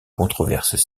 controverses